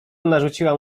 narzuciłam